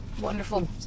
wonderful